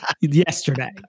yesterday